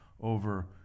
over